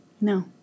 No